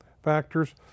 factors